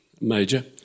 major